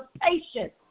patience